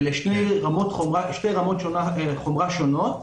אלה שתי רמות חומרה שונות,